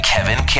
Kevin